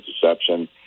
deception